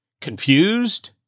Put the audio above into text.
confused